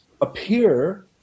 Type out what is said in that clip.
appear